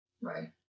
Right